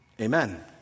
Amen